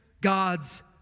God's